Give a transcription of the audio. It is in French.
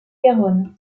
garonne